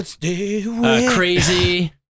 crazy